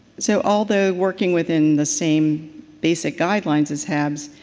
so although working within the same basic guidelines as habs,